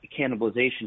cannibalization